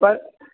परन्तु